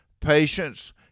patience